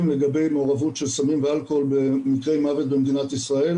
לגבי מעורבות של סמים ואלכוהול במקרי מוות במדינת ישראל.